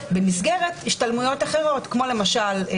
ותעסוקתי של נשים שמנסות לצאת ממעגל האלימות.